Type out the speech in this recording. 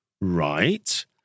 right